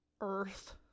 earth